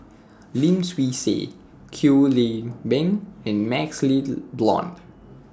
Lim Swee Say Kwek Leng Beng and MaxLe Blond